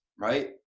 right